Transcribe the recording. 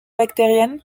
bactérienne